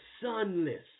sunless